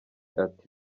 ati